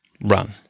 run